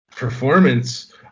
performance